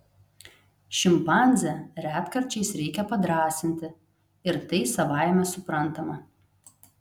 šimpanzę retkarčiais reikia padrąsinti ir tai savaime suprantama